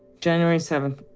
january seventh.